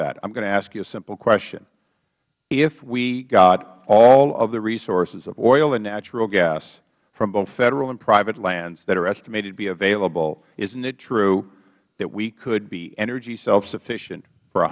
that i am going to ask you a simple question if we got all of the resources oil and natural gas from both federal and private lands that are estimated to be available isn't it true that we could be energy selfsufficient for